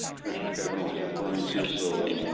commissioner cavanaugh was referring to so in